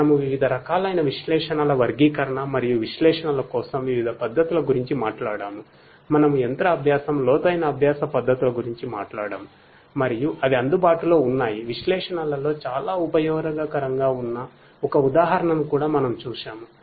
మనము వివిధ రకాలైన విశ్లేషణల వర్గీకరణ మరియు విశ్లేషణల కోసం వివిధ పద్ధతుల గురించి మాట్లాడాముమనము యంత్ర అభ్యాసం లోతైన అభ్యాస పద్ధతుల గురించి మాట్లాడాము మరియు అవి అందుబాటులో ఉన్నాయివిశ్లేషణలలో చాలా ఉపయోగకరంగా ఉన్న ఒక ఉదాహరణను కూడా మనము చూశాము